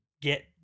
get